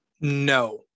No